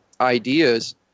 ideas